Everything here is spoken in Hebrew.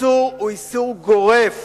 האיסור הוא איסור גורף